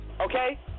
okay